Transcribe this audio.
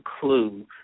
clue